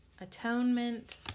atonement